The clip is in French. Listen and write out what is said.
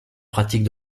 pratique